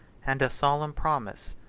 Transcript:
and a solemn promise,